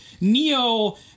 neo